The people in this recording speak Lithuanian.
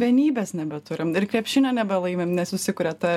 vienybės nebeturim ir krepšinio nebelaimim nesusikuria ta